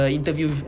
interview